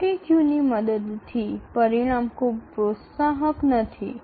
priority ક્યૂની મદદથી પરિણામ ખૂબ પ્રોત્સાહક નથી